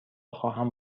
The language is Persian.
خواهم